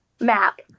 map